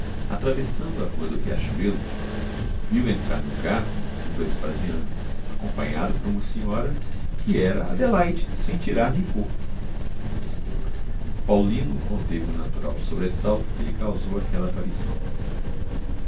atravessando a rua do riachuelo viu entrar no carro o vespasiano acompanhado por uma senhora que era adelaide sem tirar nem pôr paulino conteve o natural sobressalto que lhe causou aquela aparição